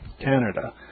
Canada